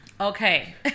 Okay